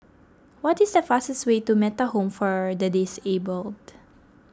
what is the fastest way to Metta Home for the Disabled